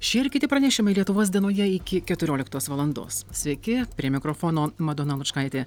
šie ir kiti pranešimai lietuvos dienoje iki keturioliktos valandos sveiki prie mikrofono madona lučkaitė